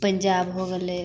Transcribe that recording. पंजाब हो गेलै